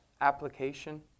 application